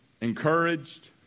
encouraged